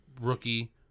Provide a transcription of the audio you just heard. rookie